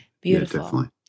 Beautiful